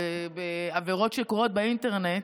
בעבירות שקורות באינטרנט.